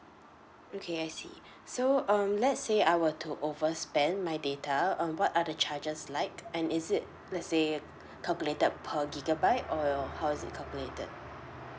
okay I see so um let's say I were to overspend my data um what are the charges like and is it let's say calculated per gigabyte or how is it calculated